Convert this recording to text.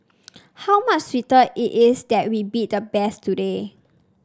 how much sweeter it is that we beat the best today